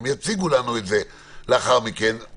הם יציגו לנו את זה לאחר מכן.